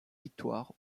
victoire